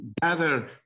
gather